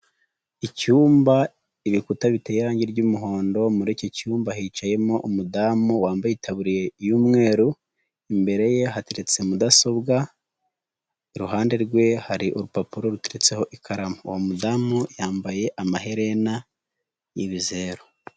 Icyumba ibikuta bitera irangi ry'umuhondo, muri iki cyumba hicayemo umudamu wambaye ibu y'umweru, imbere ye hateretse mudasobwa, iruhande rwe hari urupapuro ruteretseho ikaramu. Uwo mudamu yambaye amaherena y'ibizero.